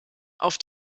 auf